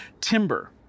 timber